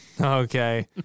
Okay